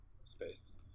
space